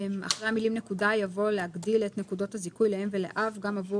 בסעיף 1, במקום 'הזכאי' יבוא 'למה לא לחשוב